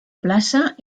plaça